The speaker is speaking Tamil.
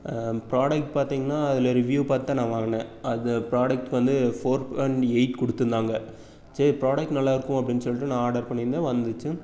ப்ராடக்ட் பார்த்தீங்கன்னா அதில் ரிவ்யூ பார்த்து தான் நான் வாங்கினேன் அந்த ப்ராடக்ட் வந்து ஃபோர் பாயிண்ட் எயிட் கொடுத்துருந்தாங்க சரி ப்ராடக்ட் நல்லா இருக்கும் அப்படின்னு சொல்லிட்டு நான் ஆர்டர் பண்ணியிருக்தேன் வந்துச்சு